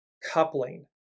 coupling